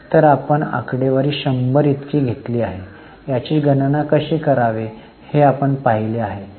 तर आपण आकडेवारी 100 इतकी घेतली आहे याची गणना कशी करावी हे आपण पाहिले आहे